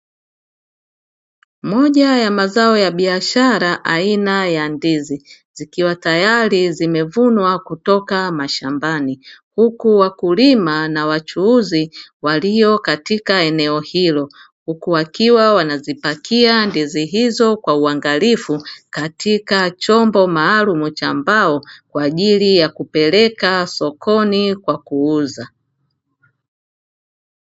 Moja ya mazao ya biashara aina ya ndizi zikiwa tayari zimevunwa kutoka mashambani; huku wakulima na wachuuzi walio katika eneo hilo, huku wakiwa wanazipakia ndizi hizo kwa uangalifu katika chombo maalumu cha mbao kwa ajili ya kupeleka sokoni kwa kuuza.